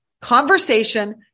conversation